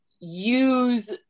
Use